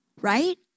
right